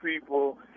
people